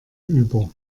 über